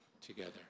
together